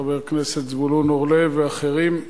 חבר הכנסת זבולון אורלב ואחרים.